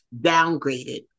downgraded